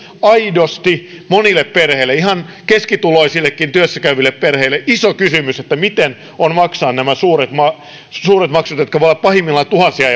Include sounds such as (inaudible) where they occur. aidosti monille perheille ihan keskituloisillekin työssä käyville perheille iso kysymys miten maksaa nämä suuret maksut jotka voivat olla pahimmillaan tuhansia (unintelligible)